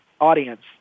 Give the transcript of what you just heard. audience